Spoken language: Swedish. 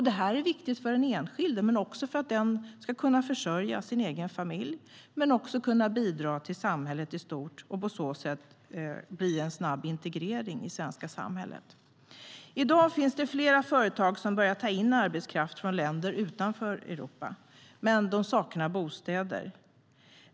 Det är viktigt för att den enskilde ska kunna försörja sin egen familj men också kunna bidra till samhället i stort och på sätt snabbt bli integrerad i det svenska samhället.I dag finns det flera företag som börjar ta in arbetskraft från länder utanför Europa, men de saknar bostäder.